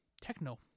techno